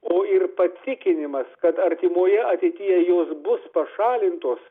o ir patikinimas kad artimoje ateityje jos bus pašalintos